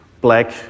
black